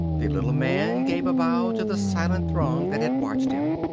the little man gave a bow to the silent throng that had watched him,